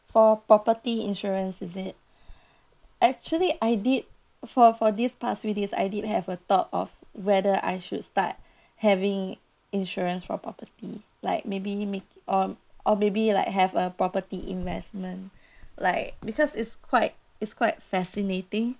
for property insurance is it actually I did for for this past few days I did have a thought of whether I should start having insurance for property like maybe may~ um or maybe like have a property investment like because is quite is quite fascinating